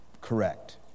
correct